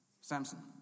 Samson